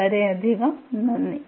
വളരെയധികം നന്ദി